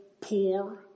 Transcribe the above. poor